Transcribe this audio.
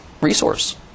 resource